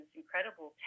incredible